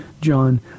John